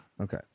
Okay